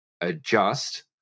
adjust